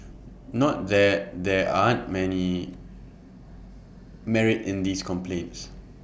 not that there aren't many merit in these complaints